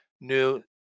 new